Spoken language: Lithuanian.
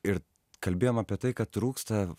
ir kalbėjome apie tai kad trūksta